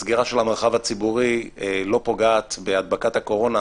הסגירה של המרחב הציבורי לא פוגעת בהדבקת הקורונה,